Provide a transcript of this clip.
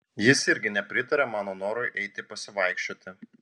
jis irgi nepritarė mano norui eiti pasivaikščioti